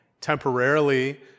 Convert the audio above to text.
temporarily